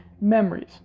memories